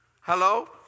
Hello